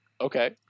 okay